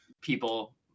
people